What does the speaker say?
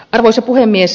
arvoisa puhemies